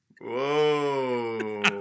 Whoa